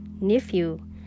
nephew